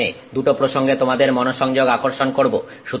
আমি এখানে দুটো প্রসঙ্গে তোমাদের মনোযোগ আকর্ষণ করবো